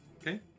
Okay